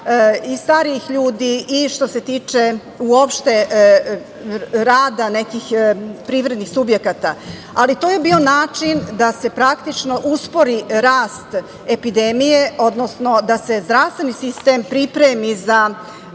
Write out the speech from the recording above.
i starijih ljudi i što se tiče uopšte rada nekih privrednih subjekata. Ali, to je bio način da se praktično uspori rast epidemije, odnosno da se zdravstveni sistem pripremi i